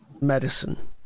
medicine